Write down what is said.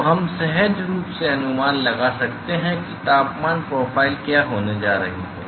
तो हम सहज रूप से अनुमान लगा सकते हैं कि तापमान प्रोफ़ाइल क्या होने जा रही है